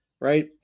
right